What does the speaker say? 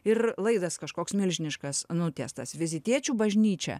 ir laidas kažkoks milžiniškas nutiestas vizitiečių bažnyčia